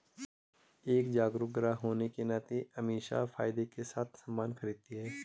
एक जागरूक ग्राहक होने के नाते अमीषा फायदे के साथ सामान खरीदती है